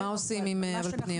מה עושים עם הפניות?